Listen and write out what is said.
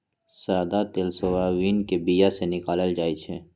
सदा तेल सोयाबीन के बीया से निकालल जाइ छै